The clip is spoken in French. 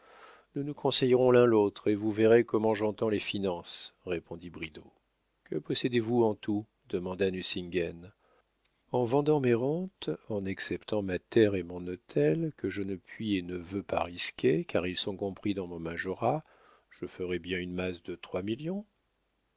nous nous conseillerons l'un l'autre et vous verrez comment j'entends les finances répondit bridau que possédez-vous en tout demanda nucingen en vendant mes rentes en exceptant ma terre et mon hôtel que je ne puis et ne veux pas risquer car ils sont compris dans mon majorat je ferai bien une masse de trois millions